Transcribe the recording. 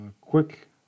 quick